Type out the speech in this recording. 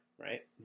right